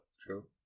True